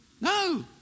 No